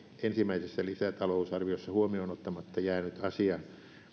ensimmäisessä lisätalousarviossa huomioon ottamatta jäänyt asia